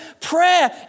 Prayer